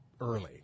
early